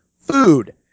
food